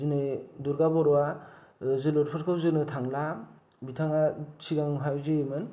दिनै दुर्गा बर'वा जोलुरफोरखौ जोनो थांला बिथाङा सिगांहाय जोयोमोन